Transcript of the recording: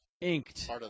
inked